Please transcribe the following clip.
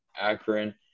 Akron